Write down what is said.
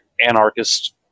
anarchist